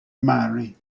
murray